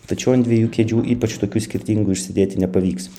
tačiau ant dviejų kėdžių ypač tokių skirtingų išsėdėti nepavyks